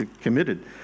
committed